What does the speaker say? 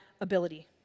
ability